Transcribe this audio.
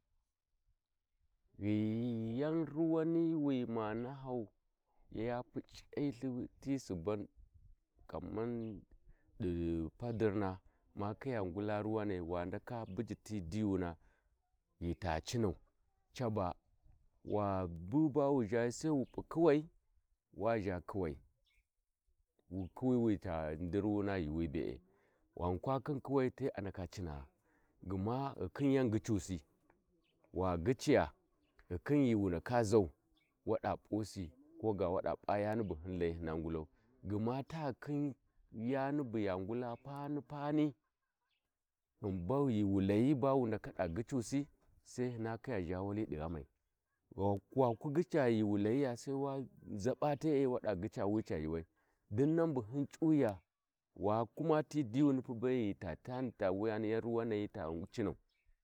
﻿Ghi yau ruwani wi ma nahau ya puc’I ihi ti suban kamau di padirna ma kiya ngula rawanai ma buji ti dijuna ghi ta cinan taba wabu bawu zhayi Sai wu p’u ƙawai wa zha kuwai wu dirwuwuna ghuwi bee ghan kwa khin kuwai te a ndaka cinaa gma ghikhin yan ghicusi wa ghiciya ghikhin ghi wu nda zau wada p’usi koga wa p’a yani bu ma ndaka ngulau gma ta ghikhin yani bu wangula pan-pani ghi mbani ghi wu layi bawu ndaka da ghiausi Sai hina khiya zhawa di ghamai waku ghica ghiwu layiya sai wada zaba tee wa da ghica wuya ca yuuwai dinnan bu hin c’uwuya wa kuma ti diguni ghi tami ta yani ruwanai ta cinau.